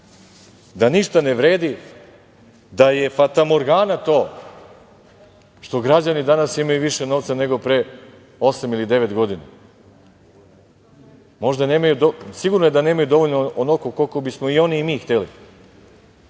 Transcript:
da ništa ne vredi, da je fatamorgana to što građani danas imaju više novca nego pre osam ili devet godina. Sigurno je da nemaju onoliko koliko bismo i oni i mi hteli,